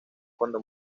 cuando